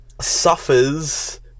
suffers